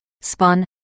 spun